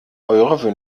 eure